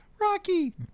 Rocky